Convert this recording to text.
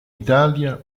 italia